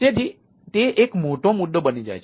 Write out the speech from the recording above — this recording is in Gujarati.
તેથી તે એક મોટો મુદ્દો બની જાય છે